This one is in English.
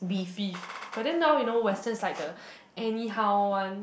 beef but then now you know Western is like the anyhow one